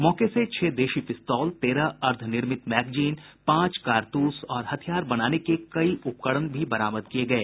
मौके से छह देशी पिस्तौल तेरह अर्द्वनिर्मित मैगजीन पांच कारतूस और हथियार बनाने के कई उपकरण भी बरामद किये गये